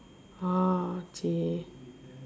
!huh! !chey!